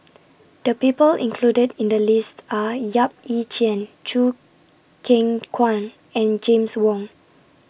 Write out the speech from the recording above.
The People included in The list Are Yap Ee Chian Choo Keng Kwang and James Wong